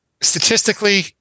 Statistically